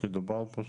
שדובר פה,